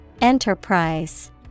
Enterprise